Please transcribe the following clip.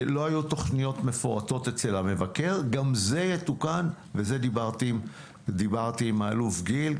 לא היו תכניות מפורטות אצל המבקר גם זה יתוקן ודיברתי עם האלוף גיל,